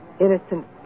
innocent